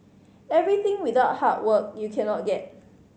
everything without hard work you cannot get